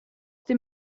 dem